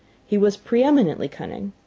he was preeminently cunning,